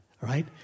right